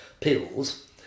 pills